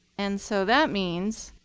and so that means